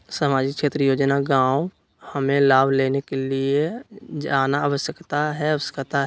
सामाजिक क्षेत्र योजना गांव हमें लाभ लेने के लिए जाना आवश्यकता है आवश्यकता है?